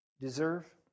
deserve